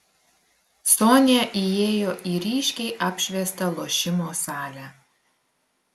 sonia įėjo į ryškiai apšviestą lošimo salę